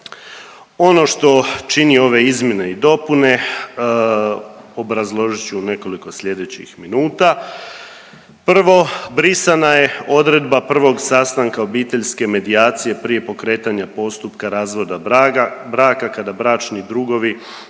Ono što čini ove izmjene i dopune obrazložit ću u nekoliko sljedećih minuta. Prvo, brisana je odredba prvog sastanka obiteljske medijacije prije pokretanja postupka razvoda braka kada bračni drugovi